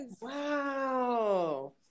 Wow